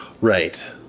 right